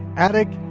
attic,